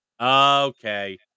okay